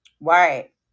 Right